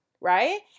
right